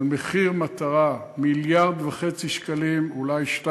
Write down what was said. על מחיר מטרה, 1.5 מיליארד שקלים, אולי 2,